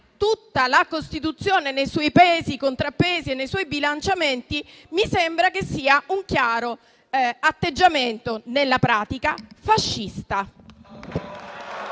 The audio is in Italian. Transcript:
tutta la Costituzione nei suoi pesi, contrappesi e bilanciamenti), mi sembra denoti un chiaro atteggiamento, nella pratica, fascista.